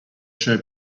show